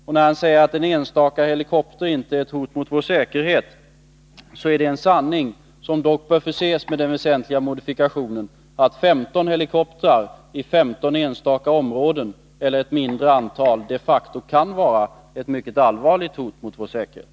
Och när han säger att en enstaka helikopter inte är ett hot mot vår säkerhet, är det en sanning som dock bör förses med den väsentliga modifikationen att 15 helikoptrar i 15 enstaka områden, eller ett mindre antal, de facto kan vara ett mycket allvarligt hot mot vår säkerhet.